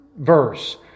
verse